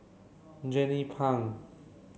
Jernnine Pang